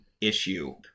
issue